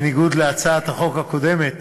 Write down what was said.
בניגוד להצעת החוק הקודמת,